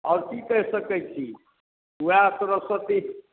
आओर की कहि सकै छी वएह सरस्वती